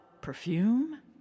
perfume